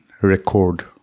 record